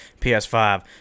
PS5